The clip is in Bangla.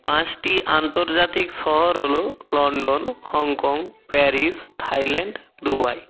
পাঁচটি আন্তর্জাতিক শহর হলো London Hong Kong Paris Thailand Dubai